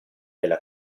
della